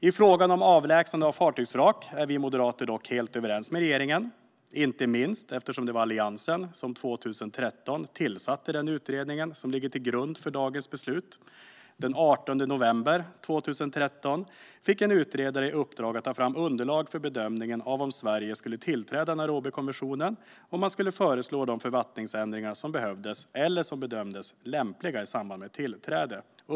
I frågan om avlägsnade av fartygsvrak är vi moderater dock helt överens med regeringen, inte minst eftersom det var Alliansen som 2013 tillsatte den utredning som ligger till grund för dagens beslut. Den 18 november 2013 fick en utredare i uppdrag att ta fram underlag för bedömningen av om Sverige skulle tillträda Nairobikonventionen, och man skulle föreslå de författningsändringar som behövdes eller som bedömdes lämpliga i samband med ett tillträde.